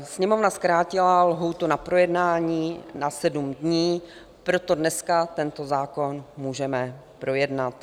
Sněmovna zkrátila lhůtu na projednání na sedm dní, proto dneska tento zákon můžeme projednat.